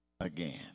again